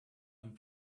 and